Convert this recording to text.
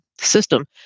system